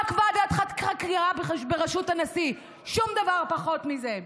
רק ועדת חקירה בראשות הנשיא, שום דבר פחות מזה.